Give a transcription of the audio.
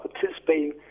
participating